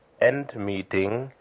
Endmeeting